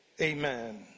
Amen